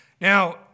Now